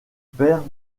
père